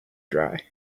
dry